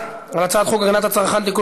חברת הכנסת יעל גרמן,